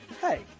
Hey